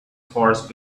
horse